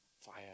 Fire